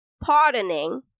pardoning